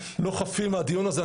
לא חפים מהדיון הזה.